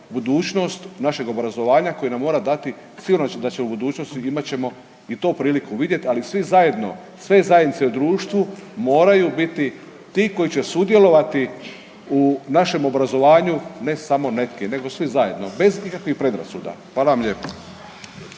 budućnost našeg obrazovanja koje nam mora dati, sigurno da u budućnosti, imat ćemo i to priliku vidjeti, ali svi zajedno sve zajednice u društvu moraju biti ti koji će sudjelovati u našem obrazovanju, ne samo neke, nego svi zajedno. Bez ikakvih predrasuda. Hvala vam lijepa.